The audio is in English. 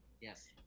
Yes